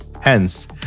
Hence